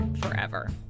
forever